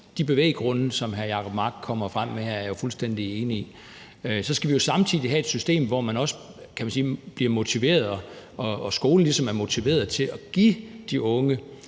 de bevæggrunde, som hr. Jacob Mark her kommer frem med, er jeg jo fuldstændig enig i. Så skal vi jo samtidig have et system, hvor man – kan vi sige – også bliver motiveret, og hvor skolen ligesom er motiveret til at give de unge